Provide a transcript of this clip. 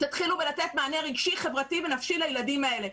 תתחילו בלתת מענה רגשי, חברתי ונפשי לילדים האלה.